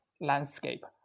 landscape